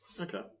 Okay